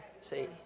see